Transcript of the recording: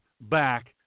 back